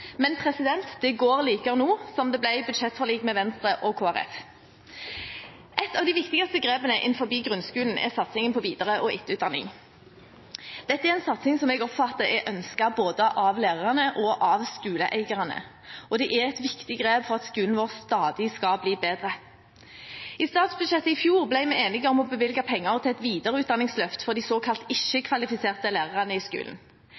men «det går likar no», ettersom det ble budsjettforlik med Venstre og Kristelig Folkeparti. Et av de viktigste grepene innenfor grunnskolen er satsingen på videre- og etterutdanning. Dette er en satsing som jeg oppfatter er ønsket både av lærerne og av skoleeierne, og det er et viktig grep for at skolen vår stadig skal bli bedre. I statsbudsjettet i fjor ble vi enige om å bevilge penger til et videreutdanningsløft for de såkalt ikke-kvalifiserte lærerne i skolen.